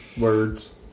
Words